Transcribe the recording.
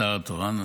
השר התורן,